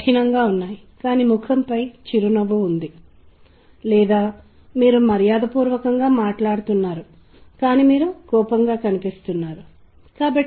మేము సంగీతంలోని కొన్ని అంశాలను మీతో పంచుకుంటున్నాము మరియు మనం కలిసి సంగీతం గురించి కొన్ని ఇతర విషయాలను కూడా నేర్చుకుంటాము